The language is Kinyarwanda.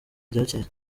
ryacyeye